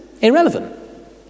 irrelevant